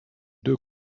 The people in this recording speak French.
deux